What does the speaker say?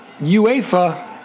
UEFA